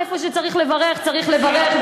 איפה שצריך לברך צריך לברך,